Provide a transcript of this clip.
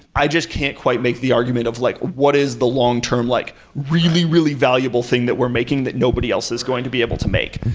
i just can't quite make the argument of like what is the long-term like really, really valuable thing that we're making that nobody else is going to be able to make,